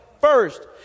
first